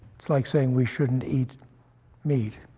it's like saying we shouldn't eat meat.